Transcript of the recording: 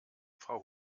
frau